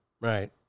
Right